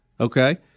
Okay